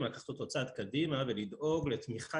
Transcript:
לקחת אותו צעד קדימה ולדאוג לתמיכה